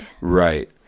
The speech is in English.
Right